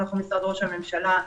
אנחנו משרד ראש הממשלה.